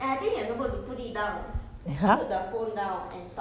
它这这样少 mini you know it's so mini